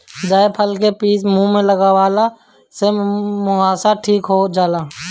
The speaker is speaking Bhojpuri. जायफल के पीस के मुह पे लगवला से मुहासा ठीक हो जाला